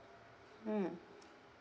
mm